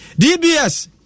DBS